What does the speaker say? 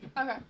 Okay